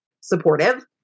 supportive